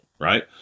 right